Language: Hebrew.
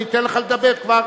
אני אתן לך לדבר כבר.